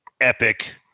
epic